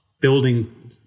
building